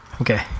Okay